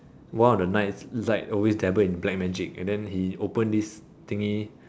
one of the knights like always dabble in black magic and then he open this thingy